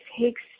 takes